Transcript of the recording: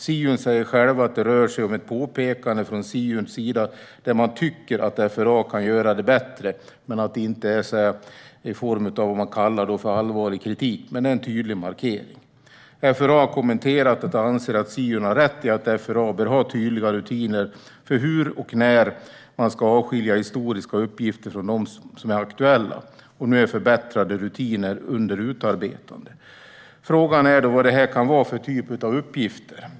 Siun säger själva att det rör sig om ett påpekande från deras sida om att de tycker att FRA kan göra det bättre men att det inte är i form av det man kallar för allvarlig kritik. Det är dock en tydlig markering. FRA har kommenterat att de anser att Siun har rätt i att FRA bör ha tydligare rutiner för hur och när de ska avskilja historiska uppgifter från aktuella uppgifter. Nu är förbättrade rutiner under utarbetande. Frågan är vad det kan vara för typ av uppgifter.